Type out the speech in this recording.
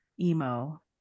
emo